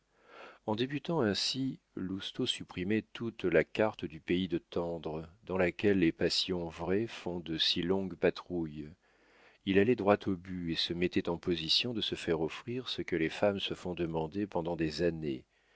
en débutant ainsi lousteau supprimait toute la carte du pays de tendre dans laquelle les passions vraies font de si longues patrouilles il allait droit au but et se mettait en position de se faire offrir ce que les femmes se font demander pendant des années